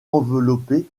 enveloppé